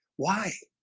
why?